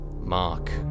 Mark